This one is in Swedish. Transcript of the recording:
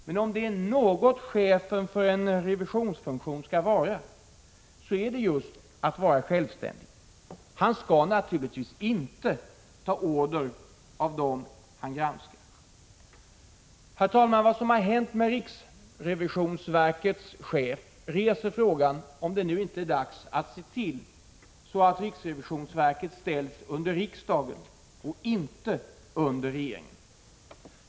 Men om det är något chefen för en revisionsfunktion skall vara, så är det just självständig. Han skall naturligtvis inte ta order av dem han granskar. Herr talman! Vad som har hänt med riksrevisionsverkets chef reser frågan om det nu inte är dags att se till att riksrevisionsverket ställs under riksdagen i stället för att lyda under regeringen.